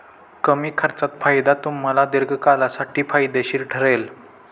कमी खर्चात फायदा तुम्हाला दीर्घकाळासाठी फायदेशीर ठरेल